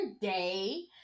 day